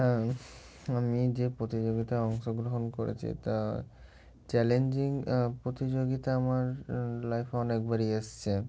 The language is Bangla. হ্যাঁ আমি যে প্রতিযোগিতায় অংশগ্রহণ করেছি তা চ্যালেঞ্জিং প্রতিযোগিতা আমার লাইফে অনেকবারই এসছে